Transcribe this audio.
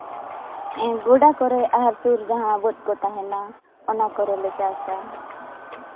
ᱜᱳᱰᱟ ᱠᱚᱨᱮᱫ ᱟᱨ ᱥᱩᱨ ᱡᱟᱦᱟᱸ ᱵᱟᱹᱫᱽ ᱠᱚ ᱛᱟᱦᱮᱱᱟ ᱚᱱᱟ ᱠᱚᱨᱮᱞᱮ ᱪᱟᱥᱟ